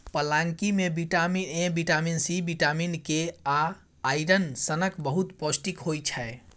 पलांकी मे vitamin A, vitamin C, vitamin K आ आइरन सनक बहुत पौष्टिक होइ छै